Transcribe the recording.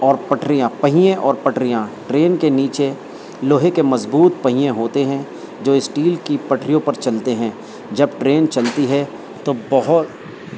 اور پٹریاں پہیں اور پٹریاں ٹرین کے نیچے لوہے کے مضبوط پہییے ہوتے ہیں جو اسٹیل کی پٹریوں پر چلتے ہیں جب ٹرین چلتی ہے تو بہت